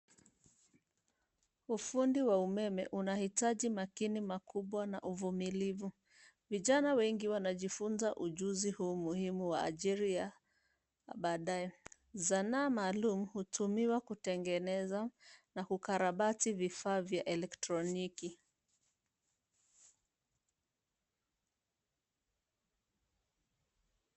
Ufundi wa umeme unahitaji makini makubwa na uvumilivu. Vijana wengi wanajifunza ujuzi huu muhimu wa ajili ya baadae. Zanaa maalum hutumiwa kutengeneza na kukarabati vifaa vya elektroniki.